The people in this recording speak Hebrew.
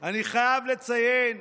אני חייב לציין,